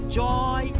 joy